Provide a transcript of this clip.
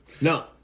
No